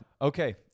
Okay